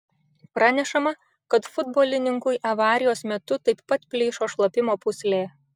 pranešama kad futbolininkui avarijos metu taip pat plyšo šlapimo pūslė